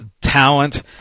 talent